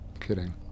Kidding